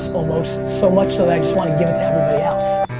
almost so much so i just want to give it to everybody else.